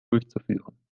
durchzuführen